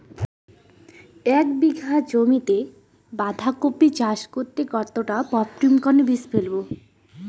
এক বিঘা জমিতে বাধাকপি চাষ করতে কতটা পপ্রীমকন বীজ ফেলবো?